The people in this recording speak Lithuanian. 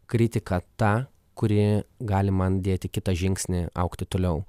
kritiką tą kuri gali man dėti kitą žingsnį augti toliau